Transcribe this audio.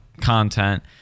content